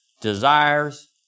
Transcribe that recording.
desires